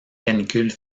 canicule